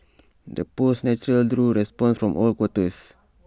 the post naturally drew responses from all quarters